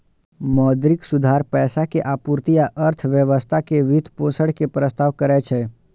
मौद्रिक सुधार पैसा के आपूर्ति आ अर्थव्यवस्था के वित्तपोषण के प्रस्ताव करै छै